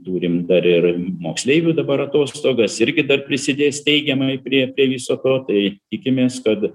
turim dar ir moksleivių dabar atostogas irgi dar prisidės teigiamai prie prie viso to tai tikimės kad